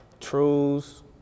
trues